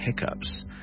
hiccups